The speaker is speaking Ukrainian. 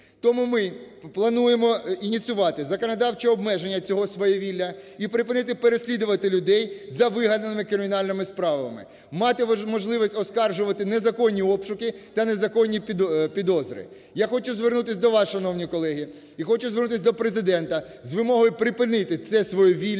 Тому ми плануємо ініціювати законодавче обмеження цього свавілля і припинити переслідувати людей за вигаданими кримінальними справами. Мати можливість оскаржувати незаконні обшуки та незаконні підозри. Я хочу звернутись до вас, шановні колеги, і хочу звернутись до Президента з вимогою припинити це свавілля